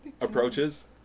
approaches